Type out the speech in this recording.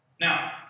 Now